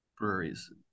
breweries